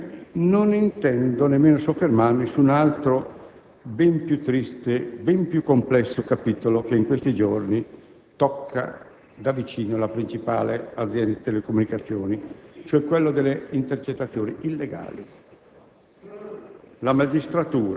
Per questa ragione, non intendo nemmeno soffermarmi su un altro ben più triste, ben più complesso capitolo che in questi giorni tocca da vicino la principale azienda di telecomunicazioni, cioè quello delle intercettazioni illegali.